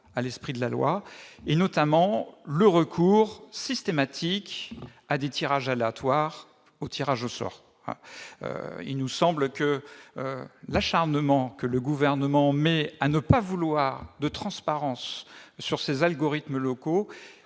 à l'esprit de la loi, notamment le recours systématique à des tirages aléatoires, au tirage au sort. L'acharnement du Gouvernement à ne pas vouloir de transparence sur ces algorithmes locaux